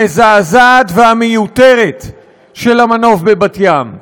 המזעזעת והמיותרת של המנוף בבת-ים.